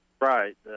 Right